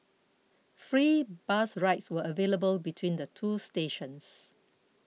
free bus rides were available between the two stations